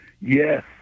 Yes